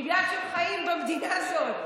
בגלל שהם חיים במדינה הזאת.